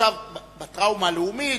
בטראומה הלאומית,